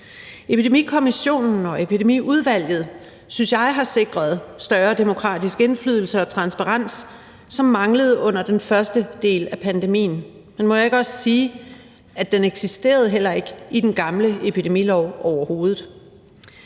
Epidemikommissionen og Epidemiudvalget synes jeg har sikret større demokratisk indflydelse og transparens, hvilket manglede under den første del af pandemien. Men må jeg ikke også sige, at den eksisterede heller ikke i den gamle epidemilov overhovedet.